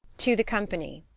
to the company.